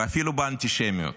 ואפילו באנטישמיות.